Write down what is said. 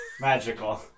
magical